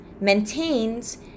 maintains